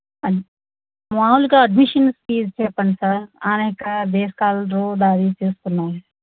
అన్ మామూలుగా admission fee చెప్పండి sir ఆనక డే స్కాలరు అది చూసుకుందాము